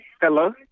Hello